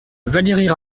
valérie